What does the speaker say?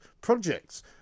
projects